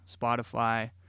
Spotify